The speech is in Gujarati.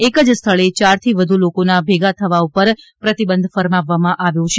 એક જ સ્થળે ચારથી વધુ લોકોના ભેગા થવા પર પ્રતિબંધ ફરમાવવામાં આવ્યો છે